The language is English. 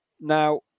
now